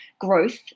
growth